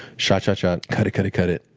shot, shot, shot, cut it, cut it, cut it.